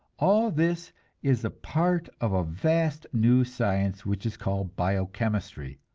all this is part of a vast new science which is called bio-chemistry,